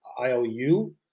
IOU